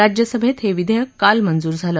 राज्यसभेत हे विधेयक काल मंजूर झालं